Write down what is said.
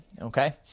Okay